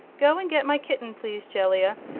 go and get my kitten, please, jellia,